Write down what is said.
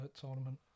tournament